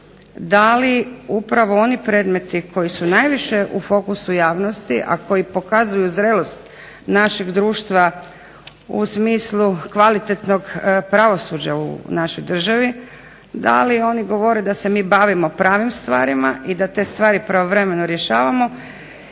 da li upravo oni predmeti koji su najviše u fokusu javnosti, a koji pokazuju zrelost našeg društva u smislu kvalitetnog pravosuđa u našoj državi, da li oni govore da se mi bavimo pravim stvarima i da te stvari pravovremeno rješavamo